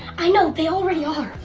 i know. they already are.